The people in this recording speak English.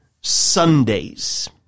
Sundays